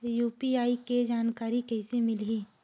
UPI के जानकारी कइसे मिलही?